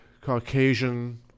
Caucasian